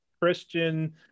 Christian